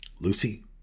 Lucy